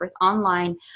online